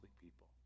people